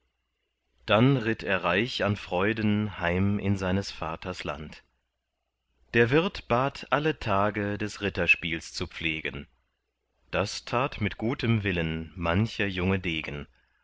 dann ritt er reich an freuden heim in seines vaters land der wirt bat alle tage des ritterspiels zu pflegen das tat mit gutem willen mancher junge degen